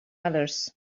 others